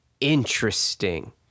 interesting